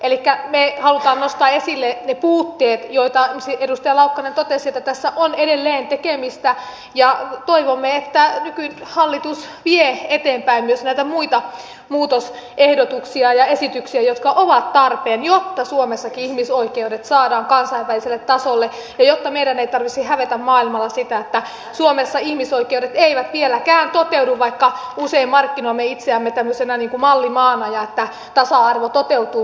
elikkä me haluamme nostaa esille ne puutteet joista esimerkiksi edustaja laukkanen totesi että tässä on edelleen tekemistä ja toivomme että nykyhallitus vie eteenpäin myös näitä muita muutosehdotuksia ja esityksiä jotka ovat tarpeen jotta suomessakin ihmisoikeudet saadaan kansainväliselle tasolle ja jotta meidän ei tarvitsisi hävetä maailmalla sitä että suomessa ihmisoikeudet eivät vieläkään toteudu vaikka usein markkinoimme itseämme tämmöisenä mallimaana jossa tasa arvo toteutuu